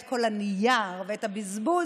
את כל הנייר ואת הבזבוז,